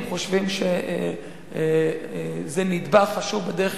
הם חושבים שזה נדבך חשוב בדרך